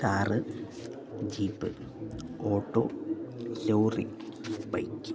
car jeep auto lorry bike